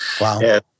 Wow